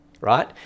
right